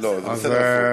לא, זה בסדר הפוך.